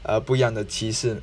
uh 不一样的歧视